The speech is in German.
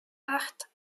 acht